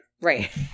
Right